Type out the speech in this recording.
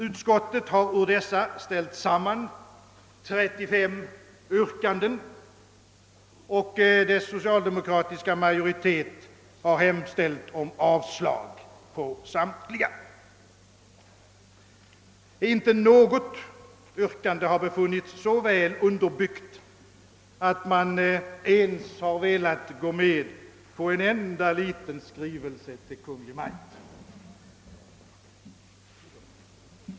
Utskottet har ur dessa ställt samman 35 yrkanden, och dess socialdemokratiska majoritet har hemställt om avslag på samtliga. Inte något yrkande har befunnits så väl underbyggt, att man ens har velat gå med på en enda liten skrivelse till Kungl. Maj:t.